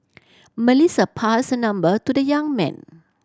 Melissa passed her number to the young man